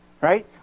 Right